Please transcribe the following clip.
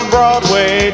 Broadway